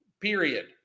period